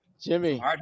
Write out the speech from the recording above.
Jimmy